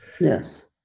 Yes